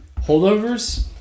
Holdovers